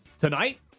tonight